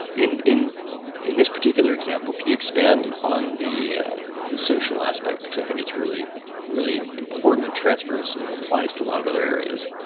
in in this particular example, could you expand on the ah the social aspect? because i think it's really really important and transfers and and applies to a lot of other areas.